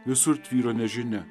visur tvyro nežinia